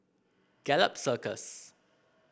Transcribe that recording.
Gallop Circus